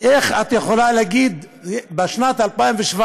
איך את יכולה להגיד בשנת 2017,